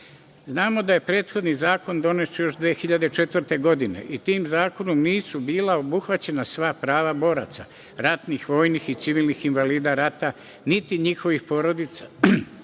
zakon. Znamo da je prethodni zakon donesen još 2004. godine, i tim zakonom nisu bila obuhvaćena sva prava boraca, ratnih, vojnih i civilnih invalida rata, niti njihovih porodica.